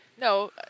No